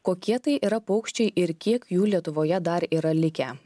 kokie tai yra paukščiai ir kiek jų lietuvoje dar yra likę